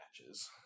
matches